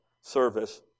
service